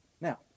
now